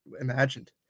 imagined